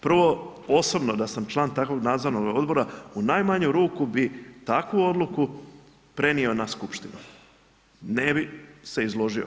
Prvo osobno da sam član takvog nadzornog odbora u najmanju ruku bi takvu odluku prenio na skupštinu, ne bi se izložio.